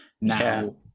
now